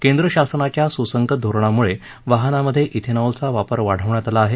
केंद्र शासनाच्या सुसंगत धोरणामूळे वाहनामध्ये क्रॅनोलचा वापर वाढवण्यात आला आहे